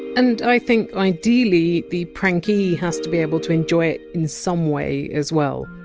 and i think ideally the prankee has to be able to enjoy it in some way as well.